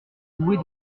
louer